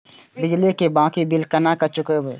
बिजली की बाकी बील केना चूकेबे?